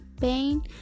pain